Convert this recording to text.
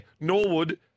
Norwood